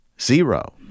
zero